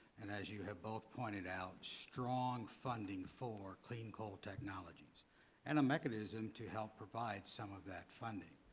and, as you have both pointed out, strong funding for clean coal technologies and a mechanism to help provide some of that funding.